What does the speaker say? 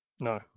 No